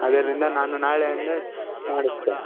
ಅದರಿಂದ ನಾನು ನಾಳೆಯಿಂದ ಮಾಡಿಸ್ತೇನೆ